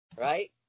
right